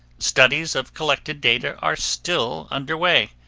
studies of collected data are still under way.